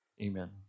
Amen